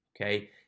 Okay